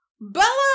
Bella